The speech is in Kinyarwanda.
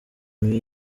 mibi